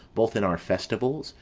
both in our festivals,